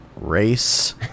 race